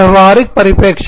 व्यवहारिक परिप्रेक्ष्य